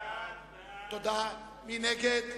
מי נגד?